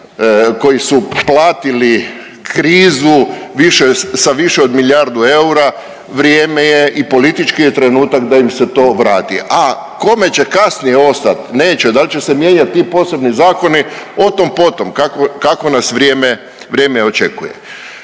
koji su platili krizu sa više od milijardu eura vrijeme je i politički je trenutak da im se to vrati. A kome će kasnije ostati neće, da li će se mijenjati ti posebni zakoni otom, po tom, kako nas vrijeme očekuje.